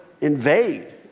invade